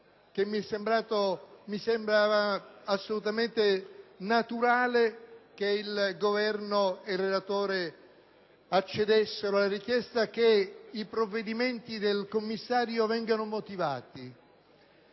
Mi sembrava assolutamente naturale che il Governo e il relatore accedessero alla richiesta che i provvedimenti del commissario vengano motivati,